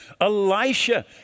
Elisha